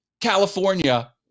California